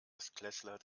erstklässler